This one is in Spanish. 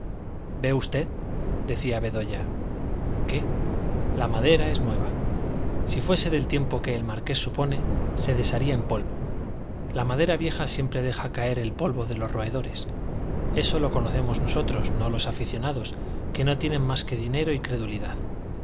ve usted decía bedoya qué la madera es nueva si fuese del tiempo que el marqués supone se desharía en polvo la madera vieja siempre deja caer el polvo de los roedores eso lo conocemos nosotros no los aficionados que no tienen más que dinero y credulidad